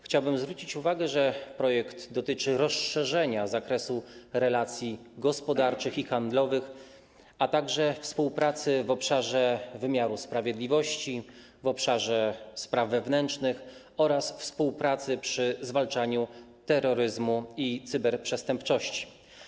Chciałbym zwrócić uwagę, że projekt dotyczy rozszerzenia zakresu relacji gospodarczych i handlowych, a także współpracy w obszarze wymiaru sprawiedliwości, w obszarze spraw wewnętrznych oraz współpracy przy zwalczaniu terroryzmu i cyberprzestępczości.